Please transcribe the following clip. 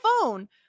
phone